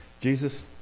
Jesus